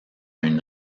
une